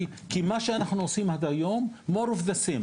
כי מה שאנחנו עושים עד היום כמו עוד מאותו הדבר,